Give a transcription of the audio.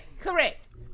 Correct